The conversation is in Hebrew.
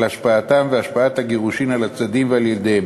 על השפעתם ועל השפעת הגירושין על הצדדים ועל ילדיהם.